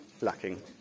lacking